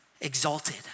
exalted